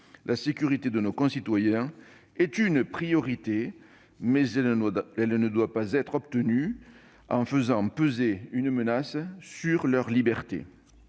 la sécurité de nos concitoyens est une priorité, elle ne doit pas être obtenue en faisant peser une menace sur leurs libertés.